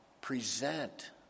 present